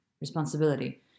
responsibility